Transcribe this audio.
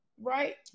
Right